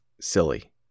silly